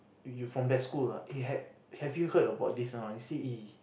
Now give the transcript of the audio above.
you from that school eh they have have you heard about this a not eh